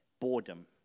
boredom